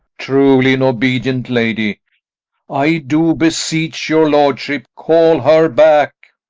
truly, an obedient lady i do beseech your lordship, call her back.